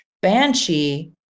Banshee